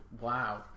Wow